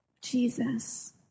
Jesus